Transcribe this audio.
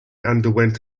underwent